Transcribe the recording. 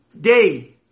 day